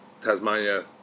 Tasmania